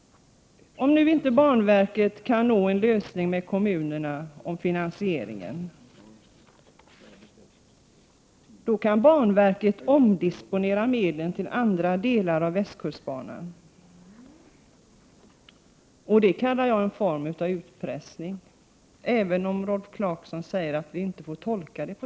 Om nu inte banverket kan nå en lösning om finansieringen med kommunerna, kan banverket omdisponera medlen till andra delar av västkustbanan. Det kallar jag för en form av utpressning, även om Rolf Clarkson säger att vi inte får tolka det så.